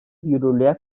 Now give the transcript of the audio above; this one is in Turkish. yürürlüğe